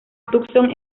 tucson